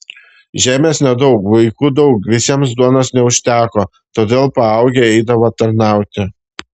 žemės nedaug vaikų daug visiems duonos neužteko todėl paaugę eidavo tarnauti